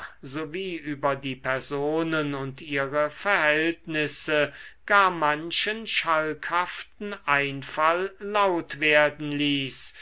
sowie über die personen und ihre verhältnisse gar manchen schalkhaften einfall laut werden ließ